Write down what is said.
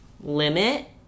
limit